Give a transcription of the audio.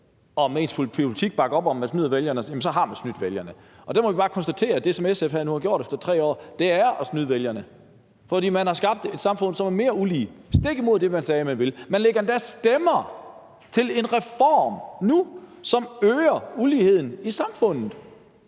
om ens politik, så har man snydt vælgerne, og der må vi bare konstatere, at det, som SF nu har gjort i 3 år, er at snyde vælgerne, fordi man har skabt et samfund, som er mere ulige, stik imod det, man sagde man ville. Man lægger endda stemmer til en reform nu, som øger uligheden i samfundet.